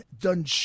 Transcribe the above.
done